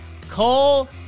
Cole